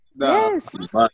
Yes